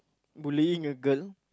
bullying a girl